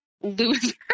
loser